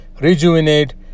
Rejuvenate